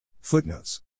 Footnotes